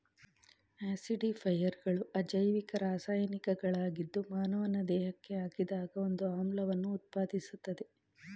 ಆಸಿಡಿಫೈಯರ್ಗಳು ಅಜೈವಿಕ ರಾಸಾಯನಿಕಗಳಾಗಿದ್ದು ಮಾನವನ ದೇಹಕ್ಕೆ ಹಾಕಿದಾಗ ಒಂದು ಆಮ್ಲವನ್ನು ಉತ್ಪಾದಿಸ್ತದೆ